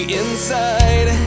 inside